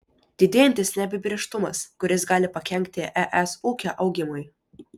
didėjantis neapibrėžtumas kuris gali pakenkti es ūkio augimui